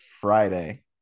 Friday